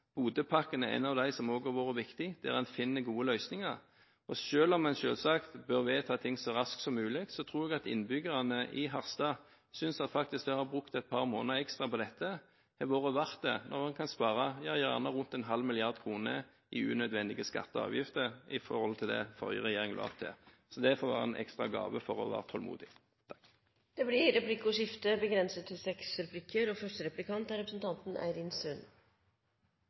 Bodøpakken er en av dem som også har vært viktig, der en finner gode løsninger. Og selv om en selvsagt bør vedta ting så raskt som mulig, tror jeg at innbyggerne i Harstad synes at det at det har blitt brukt et par måneder ekstra på dette, har vært verdt det, når en kan spare – ja, gjerne rundt en halv milliard kroner i unødvendige skatter og avgifter i forhold til det den forrige regjeringen la opp til. Det får være en ekstra gave for å ha vært tålmodig. Det blir replikkordskifte. Jeg har lyst til